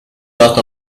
dot